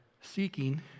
seeking